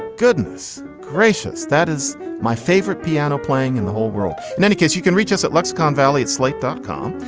goodness gracious. that is my favorite piano playing in the whole world. in any case, you can reach us at lexicon valley at slate dot com,